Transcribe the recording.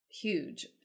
huge